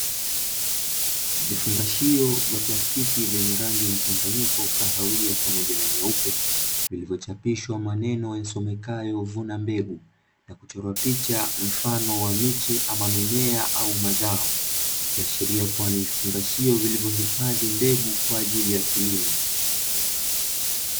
Vifungashio vya plastiki vyenye rangi mchanganyiko, kahawia pamoja na nyeupe. Vilivyochapishwa maneno yasomekayo “vuna mbegu”. Na kuchorwa picha mfano wa miche ama mimea au mazao. Ikiashiria kuwa ni vifungashio vilivyohifadhi mbegu kwaajili ya kilimo.